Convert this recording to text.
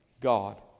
God